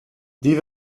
die